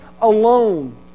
alone